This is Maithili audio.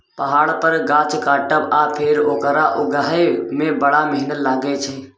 पहाड़ पर गाछ काटब आ फेर ओकरा उगहय मे बड़ मेहनत लागय छै